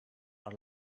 are